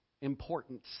importance